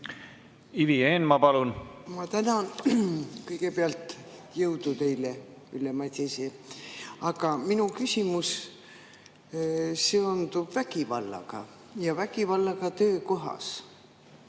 Ivi Eenmaa, palun! Ma tänan! Kõigepealt jõudu teile, Ülle Madise! Aga minu küsimus seondub vägivallaga – vägivallaga töökohas,